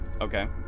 Okay